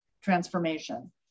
transformation